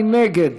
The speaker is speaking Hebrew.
מי נגד?